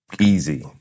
easy